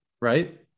Right